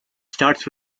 starts